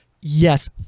Yes